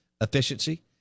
efficiency